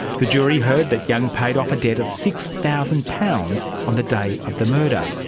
the jury heard that young paid off a debt of six thousand pounds on the day of the murder.